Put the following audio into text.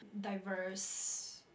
diverse